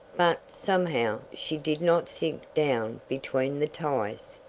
but, somehow she did not sink down between the ties.